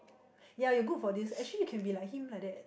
ya you good for this actually you can be him like that